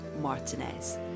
Martinez